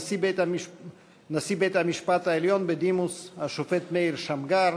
נשיא בית-המשפט העליון בדימוס השופט מאיר שמגר,